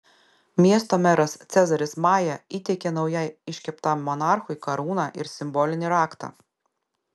miesto meras cezaris maja įteikė naujai iškeptam monarchui karūną ir simbolinį raktą